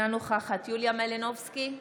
אינה נוכחת יוליה מלינובסקי,